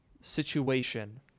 situation